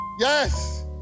Yes